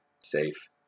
safe